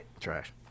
Trash